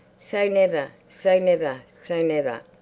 say never, say never, say never,